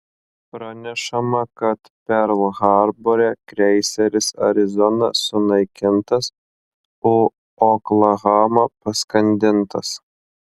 pranešama kad perl harbore kreiseris arizona sunaikintas o oklahoma paskandintas